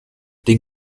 den